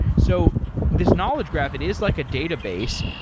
so this knowledge graph, it is like a database.